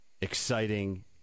exciting